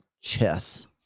chess